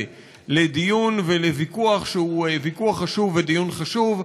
לדיון ולוויכוח שהוא ויכוח חשוב ודיון חשוב.